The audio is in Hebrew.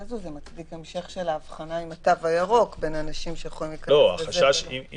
של בדיקה מהירה כרגע בתקנות אין איזו רגולציה נפרדת